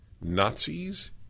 Nazis